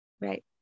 Right